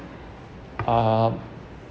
um